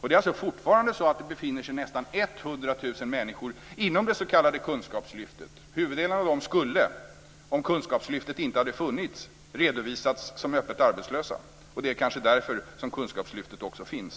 Det är fortfarande så att nästan 100 000 människor befinner sig inom det s.k. kunskapslyftet. Huvuddelen av dem skulle, om Kunskapslyftet inte hade funnits, redovisats som öppet arbetslösa. Det är kanske också därför som Kunskapslyftet finns.